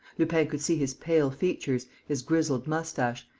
lupin could see his pale features, his grizzled moustache,